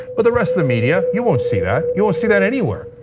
but the rest of the media, you won't see that, you won't see that anywhere.